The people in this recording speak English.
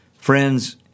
Friends